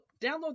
download